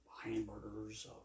hamburgers